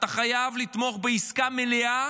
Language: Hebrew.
אתה חייב לתמוך בעסקה מלאה.